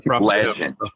legend